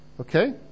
Okay